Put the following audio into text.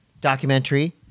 documentary